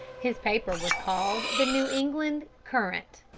his paper was called the new england courant.